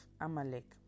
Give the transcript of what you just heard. Amalek